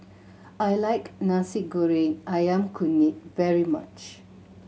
I like Nasi Goreng Ayam Kunyit very much